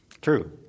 True